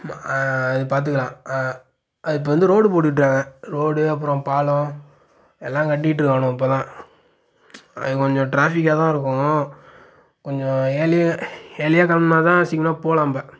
அது பார்த்துக்குலாம் அது இப்போ வந்து ரோடு போட்டுட்டாங்க ரோடு அப்புறம் பாலம் எல்லாம் கட்டிட்டு இருக்கிறானுவோ இப்போ தான் அது கொஞ்சம் ட்ராபிக்காக தான் இருக்கும் கொஞ்சம் ஏர்லி ஏர்லியாக கிளம்புனாதான் சீக்கரமாக போகலாம் அப்போ